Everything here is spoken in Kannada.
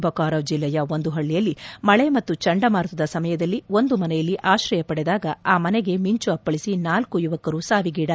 ಬೊಕಾರೊ ಜಿಲ್ಲೆಯ ಒಂದು ಹಳ್ಳಲಿಯಲ್ಲಿ ಮಳೆ ಮತ್ತು ಚಂಡಮಾರುತದ ಸಮಯದಲ್ಲಿ ಒಂದು ಮನೆಯಲ್ಲಿ ಆಶ್ರಯ ಪಡೆದಾಗ ಆ ಮನೆಗೆ ಮಿಂಚು ಅಪ್ಪಳಿಸಿ ನಾಲ್ಕು ಯುವಕರು ಸಾವಿಗೀಡಾಗಿದ್ದಾರೆ